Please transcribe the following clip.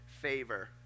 Favor